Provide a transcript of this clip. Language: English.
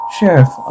Sheriff